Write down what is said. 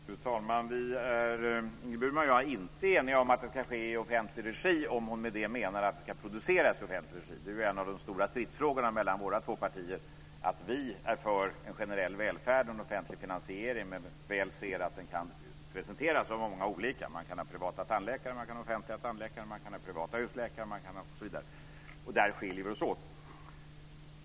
Fru talman! Ingrid Burman och jag är inte eniga om att det ska ske i offentlig regi, om hon med det menar att sjukvården ska produceras i offentlig regi. Det är en av de stora stridsfrågorna mellan våra två partier. Vi är för en generell välfärd och en offentlig finansiering, men ser väl att den kan presenteras av många olika. Man kan ha privata tandläkare, man kan ha offentliga tandläkare, man kan ha privata husläkare osv. Där skiljer vi oss åt.